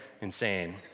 insane